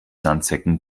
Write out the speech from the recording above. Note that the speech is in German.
sandsäcken